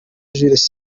jules